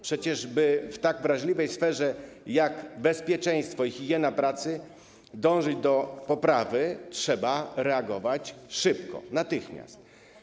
Przecież by w tak drażliwej sferze jak bezpieczeństwo i higiena pracy można było dążyć do poprawy, trzeba reagować szybko, natychmiast.